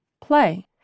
Play